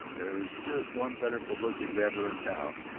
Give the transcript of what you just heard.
there's just one better publicity-grabber in town,